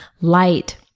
light